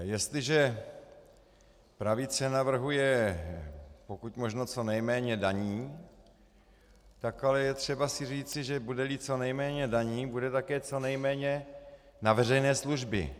Jestliže pravice navrhuje pokud možno co nejméně daní, tak ale je třeba si říci, že budeli co nejméně daní, bude také co nejméně na veřejné služby.